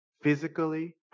physically